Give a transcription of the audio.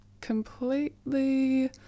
completely